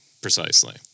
Precisely